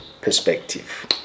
perspective